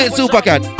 Supercat